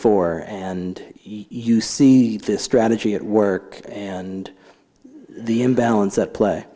four and you see this strategy at work and the imbalance at play